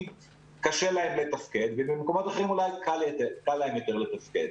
קשה להם לתפקד ובמקומות אחרים אולי קל להם יותר לתפקד.